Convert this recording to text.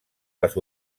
les